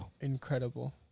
Incredible